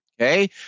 Okay